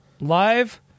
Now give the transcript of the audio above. live